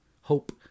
Hope